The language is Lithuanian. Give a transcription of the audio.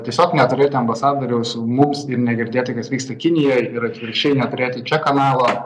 tiesiog neturėti ambasadoriaus mums ir negirdėti kas vyksta kinijoje ir atvirkščiai neturėti čia kanalo